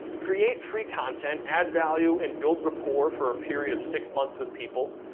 create free content, add value and build rapport, for a period of six months with people,